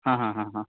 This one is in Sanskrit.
हाहा हा हा